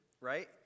right